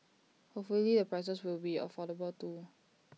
hopefully the prices will be affordable too